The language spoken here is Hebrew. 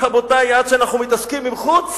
רבותי, עד שאנחנו מתעסקים עם חוץ,